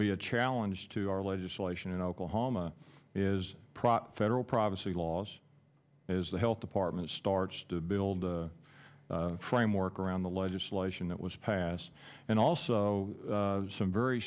be a challenge to our legislation in oklahoma is proper federal privacy laws as the health department starts to build a framework around the legislation that was passed and also some very